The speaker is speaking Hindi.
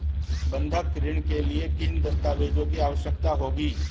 बंधक ऋण के लिए किन दस्तावेज़ों की आवश्यकता होगी?